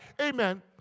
amen